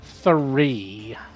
Three